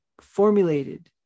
formulated